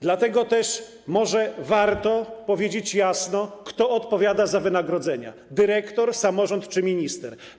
Dlatego też może warto powiedzieć jasno, kto odpowiada za wynagrodzenia: dyrektor, samorząd czy minister?